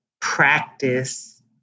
practice